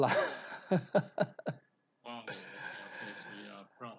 lah